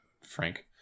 Frank